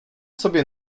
sobie